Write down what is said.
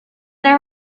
their